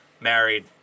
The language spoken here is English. married